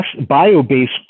bio-based